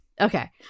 Okay